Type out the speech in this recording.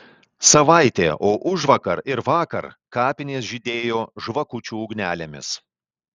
savaitė o užvakar ir vakar kapinės žydėjo žvakučių ugnelėmis